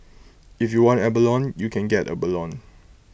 if you want abalone you can get abalone